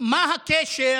מה הקשר